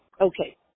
Okay